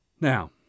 Now